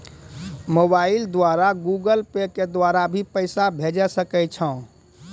Mobile द्वारा Google pay के द्वारा भी पैसा भेजै सकै छौ?